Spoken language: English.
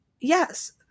Yes